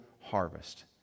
harvest